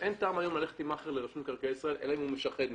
אין טעם ללכת היום על מאכער לרשות מקרקעי ישראל אלא אם הוא משחד מישהו.